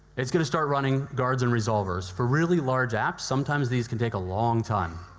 it's going to start running guards and resolvers. for really large apps, sometimes, these can take a long time.